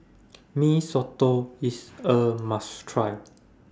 Mee Soto IS A must Try